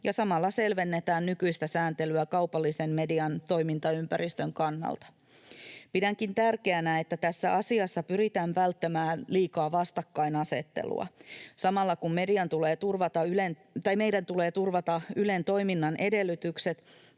ja samalla selvennetään nykyistä sääntelyä kaupallisen median toimintaympäristön kannalta. Pidänkin tärkeänä, että tässä asiassa pyritään välttämään liikaa vastakkainasettelua. Samalla, kun meidän tulee turvata Ylen toiminnan edellytykset,